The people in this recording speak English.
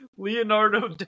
Leonardo